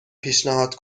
پیشنهاد